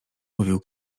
mówił